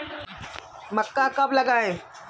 मक्का कब लगाएँ?